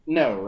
no